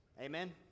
Amen